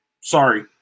Sorry